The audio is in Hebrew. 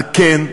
על כן,